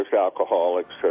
alcoholics